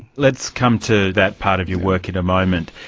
let's come to that part of your work in a moment.